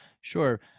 Sure